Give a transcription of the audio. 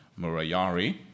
Murayari